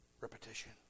repetition